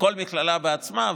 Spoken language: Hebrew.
מכל מכללה בעצמה,